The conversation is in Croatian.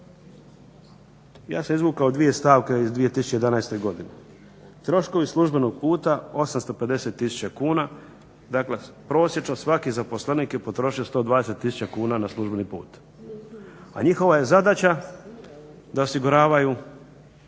Ja sam izvukao dvije stavke iz 2011. godine. Troškovi službenog puta 850 000 kuna, dakle prosječno svaki zaposlenik je potrošio 120 000 kuna na službeni put, a njihova je zadaća da osiguravaju